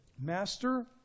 master